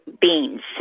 beans